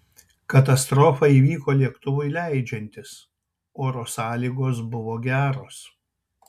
katastrofa įvyko lėktuvui leidžiantis oro sąlygos buvo geros